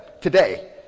today